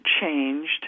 changed